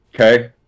Okay